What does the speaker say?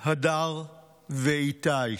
הדר ואיתי.